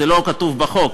זה לא כתוב בחוק,